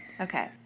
Okay